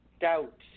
doubt